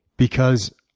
because